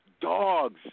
dogs